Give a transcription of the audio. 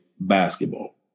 basketball